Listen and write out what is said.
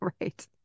Right